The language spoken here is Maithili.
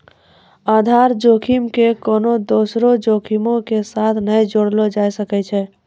आधार जोखिम के कोनो दोसरो जोखिमो के साथ नै जोड़लो जाय सकै छै